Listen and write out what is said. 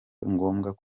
ngombwa